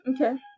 okay